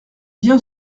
bien